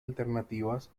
alternativas